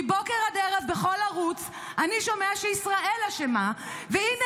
מבוקר עד ערב בכל ערוץ אני שומע שישראל אשמה והינה